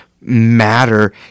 matter